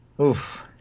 Oof